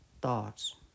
thoughts